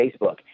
Facebook